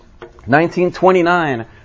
1929